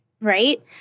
right